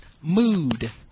mood